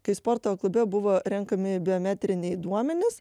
kai sporto klube buvo renkami biometriniai duomenys